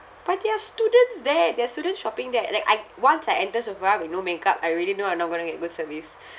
but there are students there there are students shopping there like I once I enter sephora with no makeup I already know I'm not going to get good service